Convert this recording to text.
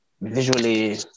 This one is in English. visually